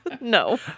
No